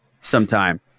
sometime